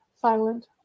Silent